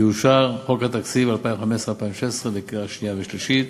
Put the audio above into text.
יאושר חוק התקציב 2015 2016 בקריאה שנייה שלישית,